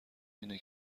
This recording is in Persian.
اینه